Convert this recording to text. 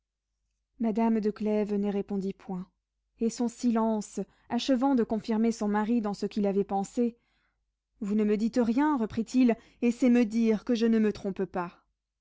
madame de clèves ne répondit point et son silence achevant de confirmer son mari dans ce qu'il avait pensé vous ne me dites rien reprit-il et c'est me dire que je ne me trompe pas